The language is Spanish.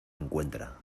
encuentra